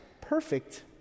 perfect